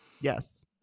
Yes